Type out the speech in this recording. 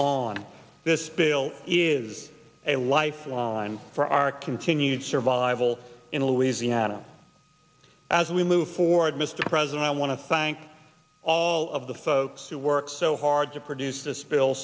on this bill is a lifeline for our continued survival in louisiana as we move forward mr president i want to thank all of the folks who worked so hard to produce this bill